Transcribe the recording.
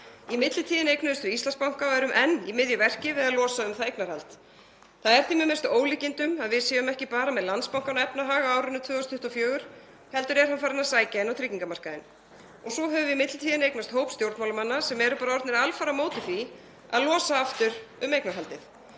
Í millitíðinni eignuðumst við Íslandsbanka og erum enn í miðju verki við að losa um það eignarhald. Það er því með mestu ólíkindum að við séum ekki bara með Landsbankann á efnahag á árinu 2024 heldur er hann farinn að sækja inn á tryggingamarkaðinn. Svo höfum við í millitíðinni eignast hóp stjórnmálamanna sem er bara alfarið orðinn á móti því að losa aftur um eignarhaldið.